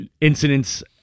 incidents